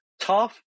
tough